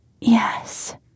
Yes